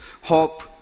Hope